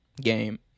game